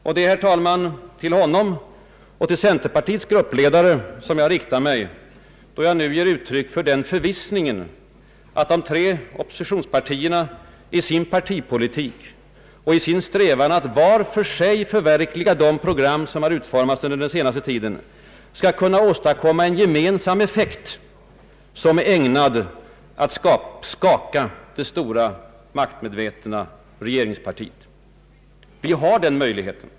Det är, herr talman, till honom och till centerpartiets gruppledare som jag riktar mig då jag nu ger uttryck för den förvissningen att de tre oppositionspartierna i sin partipolitik och i sin strävan att vart för sig förverkliga de program som utformats under den senaste tiden skall kunna åstadkomma en gemensam effekt som är ägnad att skaka det stora maktmedvetna regeringspartiet. Vi har den möjligheten.